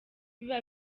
biba